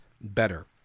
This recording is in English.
better